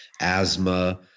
asthma